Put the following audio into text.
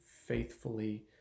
faithfully